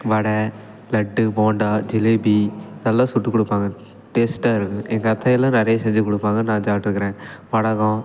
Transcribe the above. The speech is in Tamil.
வடை லட்டு போண்டா ஜிலேபி எல்லாம் சுட்டு கொடுப்பாங்க டேஸ்ட்டாக இருக்கும் எங்கள் அத்தையெல்லாம் நிறைய செஞ்சு கொடுப்பாங்க நான் சாப்ட்ருக்கிறேன் வடகம்